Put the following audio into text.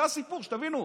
זה הסיפור, שתבינו,